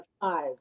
five